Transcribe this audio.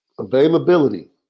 Availability